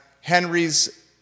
Henry's